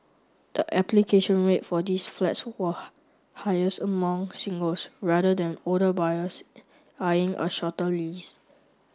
the application rate for these flats were highest among singles rather than older buyers eyeing a shorter lease